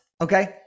okay